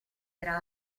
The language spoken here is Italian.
era